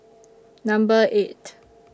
Number eight